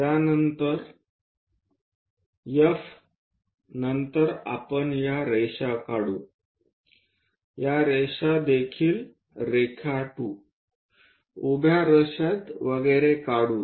त्यानंतर F नंतर आपण या रेषा काढू या रेषा देखील रेखाटू उभ्या रेषेत वगैरे काढू